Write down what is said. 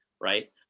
right